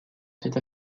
cette